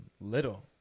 little